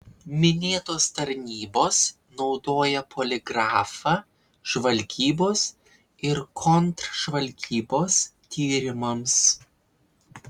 minėtos tarnybos naudoja poligrafą žvalgybos ir kontržvalgybos tyrimams